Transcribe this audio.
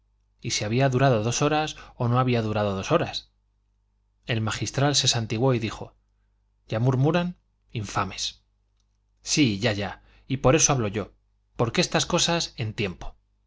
y si había durado dos horas o no había durado dos horas el magistral se santiguó y dijo ya murmuran infames sí ya ya y por eso hablo yo porque estas cosas en tiempo